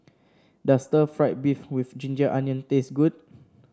does Stir Fried Beef with ginger onion taste good